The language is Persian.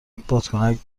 بادکنک